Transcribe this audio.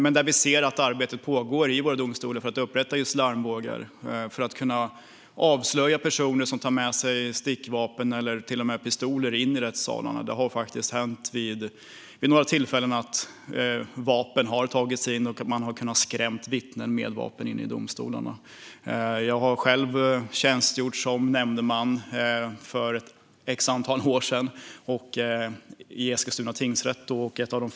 Vi ser nu att arbete pågår i våra domstolar med att installera just larmbågar för att kunna avslöja personer som tar med sig stickvapen eller till och med pistoler in i rättssalarna. Det har hänt vid några tillfällen att vapen har tagits in, och man har kunnat skrämma vittnen med vapen inne i domstolarna. Jag tjänstgjorde själv som nämndeman i Eskilstuna tingsrätt för ett antal år sedan.